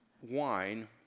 wine